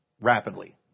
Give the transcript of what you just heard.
rapidly